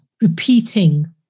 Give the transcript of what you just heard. repeating